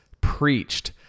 preached